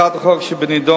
הצעת החוק שבנדון,